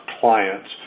clients